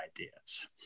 ideas